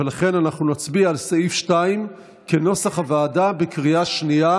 ולכן אנחנו נצביע על סעיף 2 כנוסח הוועדה בקריאה שנייה.